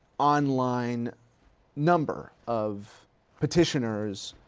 online number of petitioners,